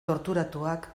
torturatuak